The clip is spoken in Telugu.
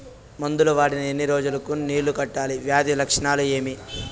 మందులు వాడిన ఎన్ని రోజులు కు నీళ్ళు కట్టాలి, వ్యాధి లక్షణాలు ఏమి?